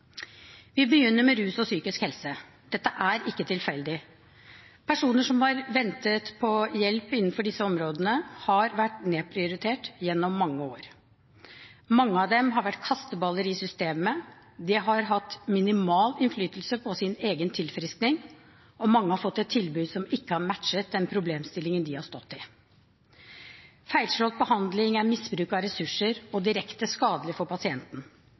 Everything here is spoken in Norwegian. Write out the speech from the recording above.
Vi begynner med rus og psykisk helse. Dette er ikke tilfeldig. Personer som venter på hjelp innenfor disse områdene, har vært nedprioritert gjennom mange år. Mange av dem har vært kasteballer i systemet, de har hatt minimal innflytelse på sin egen tilfriskning, og mange har fått et tilbud som ikke har matchet den problemstillingen de har stått i. Feilslått behandling er misbruk av ressurser og direkte skadelig for pasienten.